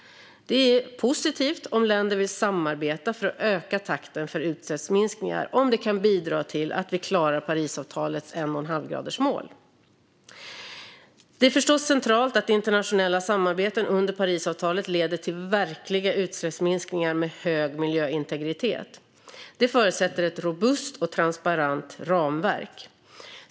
Det är positivt om länder vill samarbeta för att öka takten för utsläppsminskningar och om det kan bidra till att vi klarar Parisavtalets 1,5-gradersmål. Det är förstås centralt att internationella samarbeten under Parisavtalet leder till verkliga utsläppsminskningar med hög miljöintegritet. Det förutsätter ett robust och transparent ramverk.